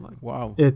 Wow